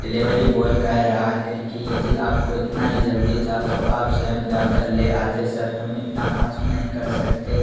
delivery boy कह रहा है कि यदि आपको इतना ही जल्दी था तो आपसे हम जाकर ले आते सर हम इतना फास्ट नहीं कर सकते